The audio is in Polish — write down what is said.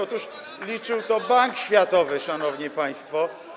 Otóż liczył to Bank Światowy, szanowni państwo.